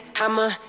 I'ma